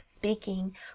speaking